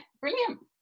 brilliant